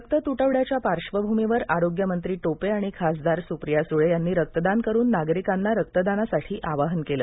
रक्त तुटवड्याच्या पार्श्वभूमीवर आरोग्यमंत्री टोपे आणि खासदार सुप्रिया सुळे यांनी रक्तदान करून नागरिकांना रक्तदानासाठी आवाहन केलं